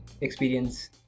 experience